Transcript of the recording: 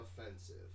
offensive